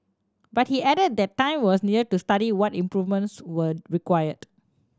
but he added that time was needed to study what improvements were required